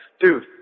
dude